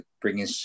bringing